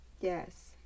Yes